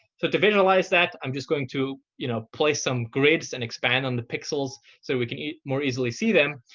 so to visualize that, i'm just going to you know place some grids and expand on the pixels so we can more easily see them.